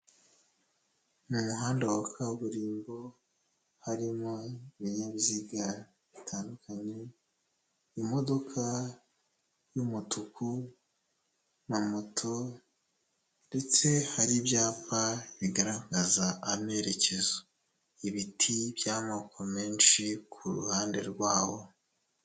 Mu muhanda wa kaburimbo, harimo ibinyabiziga bitandukanye, imodoka y'umutuku na moto ndetse hari ibyapa bigaragaza amerekezo. Ibiti by'amoko menshi ku ruhande rwawo.